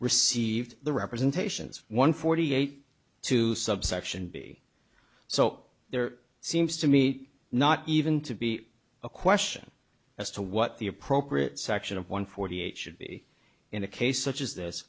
received the representations one forty eight two subsection b so there seems to me not even to be a question as to what the appropriate section of one forty eight should be in a case such as this